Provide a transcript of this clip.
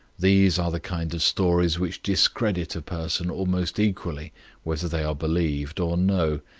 these are the kind of stories which discredit a person almost equally whether they are believed or no.